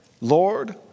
Lord